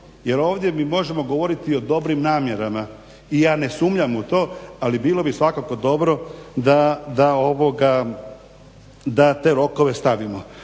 Jer ovdje mi možemo govoriti o dobrim namjerama i ja ne sumnjam u to ali bilo bi svakako dobro da te rokove stavimo.